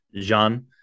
Jean